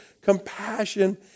compassion